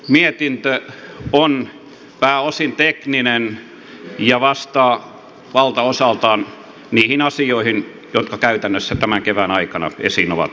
mietintö on pääosin tekninen ja vastaa valtaosaltaan niihin asioihin jotka käytännössä tämän kevään aikana esiin ovat tulleet